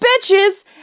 bitches